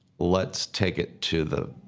let's take it to the.